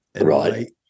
Right